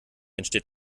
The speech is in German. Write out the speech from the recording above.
entsteht